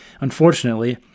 Unfortunately